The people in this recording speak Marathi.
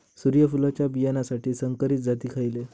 सूर्यफुलाच्या बियानासाठी संकरित जाती खयले?